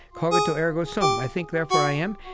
cogito ergo sum i think, therefore i am.